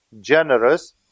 generous